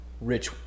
rich